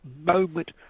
moment